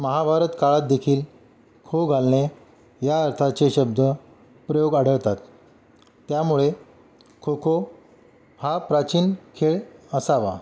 महाभारत काळात देखील खो घालणे या अर्थाचे शब्दप्रयोग आढळतात त्यामुळे खोखो हा प्राचीन खेळ असावा